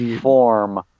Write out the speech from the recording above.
form